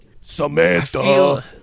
Samantha